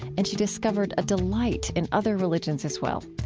and she discovered a delight in other religions as well.